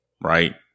Right